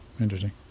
Interesting